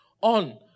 on